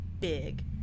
big